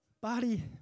body